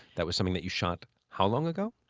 that was something that you shot how long ago?